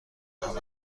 عمل